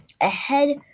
ahead